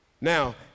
Now